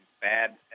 bad